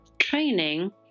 training